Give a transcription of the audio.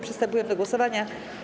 Przystępujemy do głosowania.